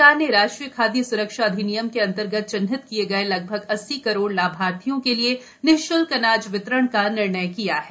सरकार ने राष्ट्रीय खाद्य सुरक्षा अधिनियम के अन्तर्गत चिन्हित किए गए लगभग अस्सी करोड़ लाभार्थियों के लिए निश्ल्क अनाज वितरण का निर्णय किया है